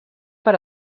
per